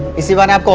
is you know not but